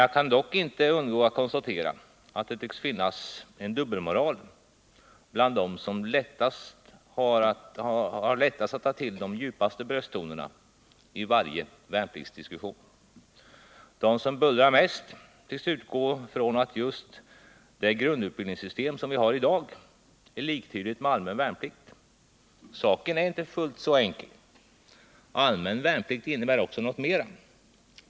Jag kan dock inte undgå att konstatera att det tycks finnas en dubbelmoral bland dem som har lättast att ta till de djupaste brösttonerna i varje värnpliktsdiskussion. De som bullrar mest tycks utgå från att det grundutbildningssystem vi har i dag är liktydigt med allmän värnplikt. Saken är inte fullt så enkel. Allmän värnplikt innebär också något mera.